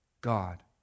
God